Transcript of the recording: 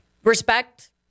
Respect